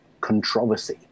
controversy